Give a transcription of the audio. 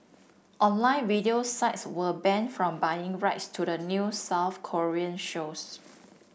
online video sites were banned from buying rights to the new South Korean shows